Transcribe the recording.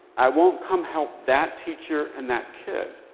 i won't come help that teacher and that kid.